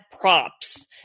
props